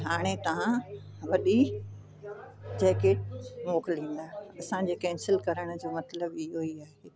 हाणे तव्हां वॾी जैकेट मोकिलींदा असांजे कैंसिल कराइण जो मतलबु इहो ई आहे